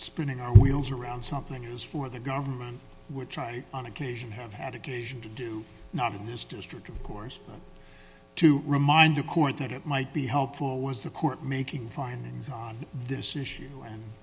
spinning our wheels around something is for the government which i on occasion have had occasion to do not in this district of course to remind the court that it might be helpful was the court making finding this issue